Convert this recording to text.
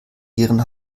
ihren